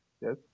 Yes